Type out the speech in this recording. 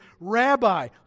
Rabbi